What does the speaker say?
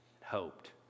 hoped